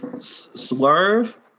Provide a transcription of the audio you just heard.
Swerve